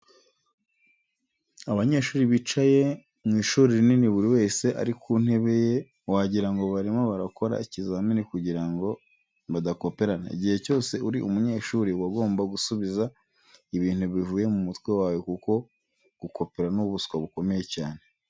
Abanyeshuri bicaye mu ishuri rinini buri wese ari ku ntebe ye wagira ngo barimo barakora ikizamini kugira ngo badakoperana. Igihe cyose uri umunyeshuri uba ugomba gusubiza ibintu bivuye mu mutwe wawe kuko gukopera ni ubuswa bukomeye cyane.